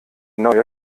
neue